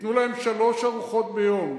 ייתנו להם שלוש ארוחות ביום,